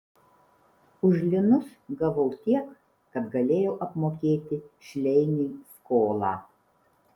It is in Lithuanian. už linus gavau tiek kad galėjau apmokėti šleiniui skolą